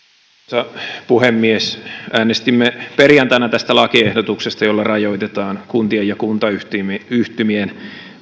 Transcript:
arvoisa puhemies äänestimme perjantaina tästä lakiehdotuksesta jolla rajoitetaan kuntien ja kuntayhtymien